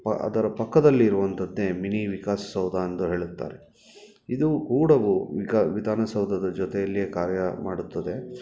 ಅದರ ಪಕ್ಕದಲ್ಲಿ ಇರುವಂಥದ್ದೇ ಮಿನಿ ವಿಕಾಸಸೌಧ ಎಂದು ಹೇಳುತ್ತಾರೆ ಇದು ಕೂಡ ವಿಕಾ ವಿಧಾನಸೌಧದ ಜೊತೆಯಲ್ಲಿಯೇ ಕಾರ್ಯಮಾಡುತ್ತದೆ